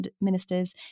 ministers